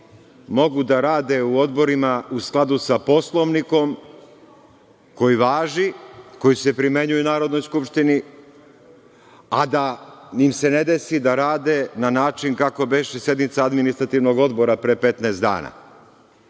mogu da rade u odborima u skladu sa Poslovnikom koji važi, koji se primenjuje u Narodnoj skupštini, a da im se ne desi da rade na način kako beše sednica Administrativnog odbora pre 15 dana.